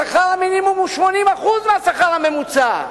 שכר המינימום הוא 80% מהשכר הממוצע.